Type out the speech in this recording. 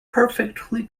perfectly